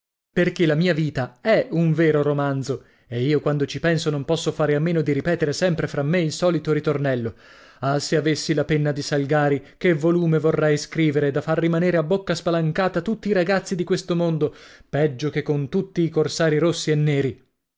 perché la mia vita è un vero romanzo e io quando ci penso non posso fare a meno di ripetere sempre fra me il solito ritornello ah se avessi la penna di salgari che volume vorrei scrivere da far rimanere a bocca spalancata tutti i ragazzi di questo mondo peggio che con tutti i corsari rossi e neri